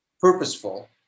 purposeful